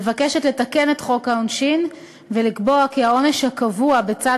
מבקשת לתקן את חוק העונשין ולקבוע כי העונש הקבוע בצד